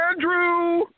Andrew